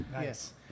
Yes